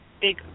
big